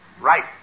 Right